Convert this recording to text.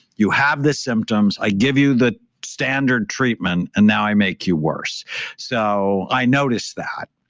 you have the symptoms. i give you the standard treatment. and now, i make you worse so i notice that.